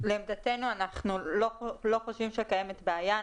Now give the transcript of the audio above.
לדעתנו אנחנו לא חושבים שיש בעיה.